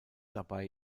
dabei